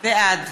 בעד